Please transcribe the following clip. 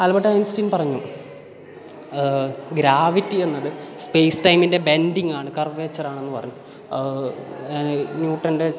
Albert Einstein പറഞ്ഞു gravity എന്നത് space ടൈമിൻ്റെ ബെൻഡിങ്ങാണ് കർവെച്ചറാണെന്ന് പറഞ്ഞു ന്യൂട്ടൻ്റെ